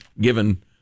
given